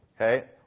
Okay